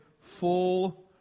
full